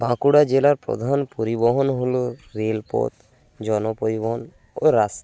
বাঁকুড়া জেলার প্রধান পরিবহন হলো রেলপথ জনপরিবহন ও রাস্তা